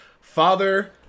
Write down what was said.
father